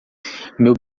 meu